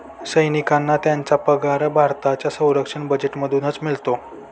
सैनिकांना त्यांचा पगार भारताच्या संरक्षण बजेटमधूनच मिळतो